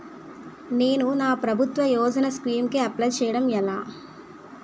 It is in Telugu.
నేను నా ప్రభుత్వ యోజన స్కీం కు అప్లై చేయడం ఎలా?